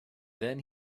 then